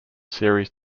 series